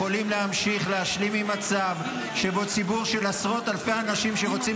יכולים להמשיך ולהשלים עם מצב שבו ציבור של עשרות אלפי אנשים שרוצים